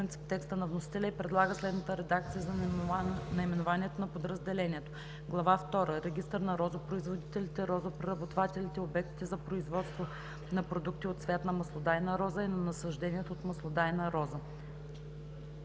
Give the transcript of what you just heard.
принцип текста на вносителя и предлага следната редакция за наименованието на подразделението: „Глава втора – Регистър на розопроизводителите, розопреработвателите, обектите за производство на продукти от цвят на маслодайна роза и на насажденията от маслодайна роза“.